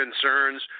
concerns